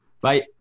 Bye